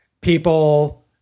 people